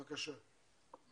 בבקשה.